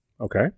Okay